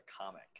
comic